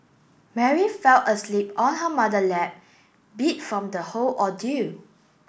Mary fell asleep on her mother lap beat from the whole ordeal